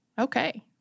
Okay